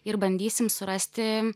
ir bandysim surasti